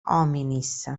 hominis